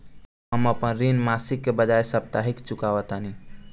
हम अपन ऋण मासिक के बजाय साप्ताहिक चुकावतानी